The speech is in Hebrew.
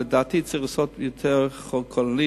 לדעתי צריך לעשות חוק יותר כללי.